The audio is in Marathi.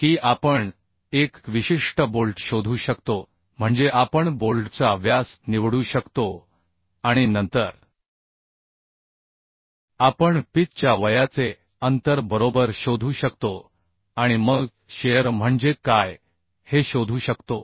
की आपण एक विशिष्ट बोल्ट शोधू शकतो म्हणजे आपण बोल्टचा व्यास निवडू शकतो आणि नंतर आपण पिच च्या वयाचे अंतर बरोबर शोधू शकतो आणि मग शिअर म्हणजे काय हे शोधू शकतो